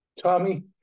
Tommy